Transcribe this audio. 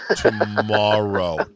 Tomorrow